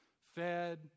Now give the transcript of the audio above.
fed